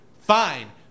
fine